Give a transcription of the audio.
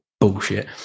bullshit